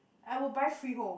I will buy freehold